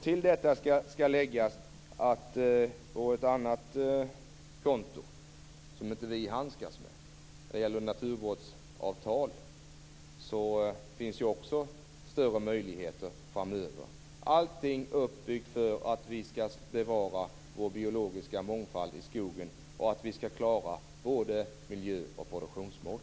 Till detta skall läggas att på ett annat konto, ett som inte vi handskas med som gäller naturvårdsavtal, finns också större möjligheter framöver. Allt är uppbyggt för att vi skall bevara vår biologiska mångfald i skogen och för att vi skall klara både miljö och produktionsmål.